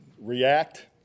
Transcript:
react